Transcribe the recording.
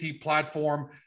platform